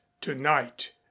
tonight